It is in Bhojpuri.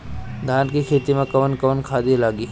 धान के खेती में कवन कवन खाद लागी?